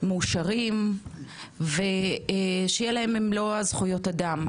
מאושרים ושיהיה להם את מלוא הזכויות אדם.